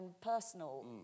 personal